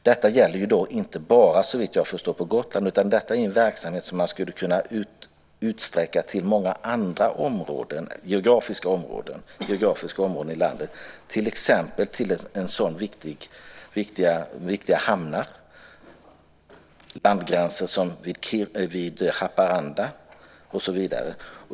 Detta gäller såvitt jag förstår inte bara Gotland, utan detta är en verksamhet som man skulle kunna utsträcka till många andra geografiska områden i landet, till exempel till viktiga hamnar, i Haparanda och så vidare.